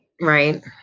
Right